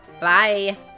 Bye